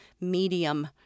medium